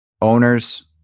owners